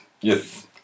yes